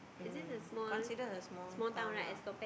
mm considered a small town lah